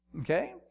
okay